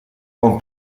con